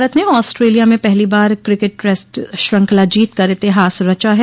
भारत ने ऑस्ट्रेलिया में पहली बार क्रिकेट टैस्ट श्रृंखला जीतकर इतिहास रचा है